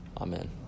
Amen